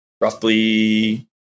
roughly